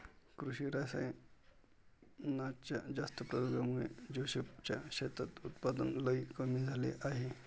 कृषी रासायनाच्या जास्त प्रयोगामुळे जोसेफ च्या शेतात उत्पादन लई कमी झाले आहे